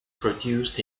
produced